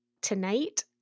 tonight